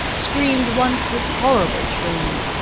screamed once with horrible shrillness,